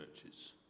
churches